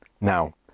Now